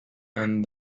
and